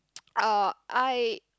uh I